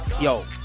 yo